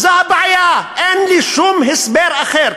זו הבעיה, אין לי שום הסבר אחר.